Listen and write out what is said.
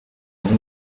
undi